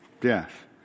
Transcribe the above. death